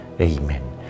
Amen